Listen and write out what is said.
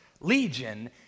legion